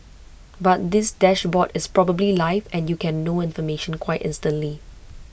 but this dashboard is probably live and you can know information quite instantly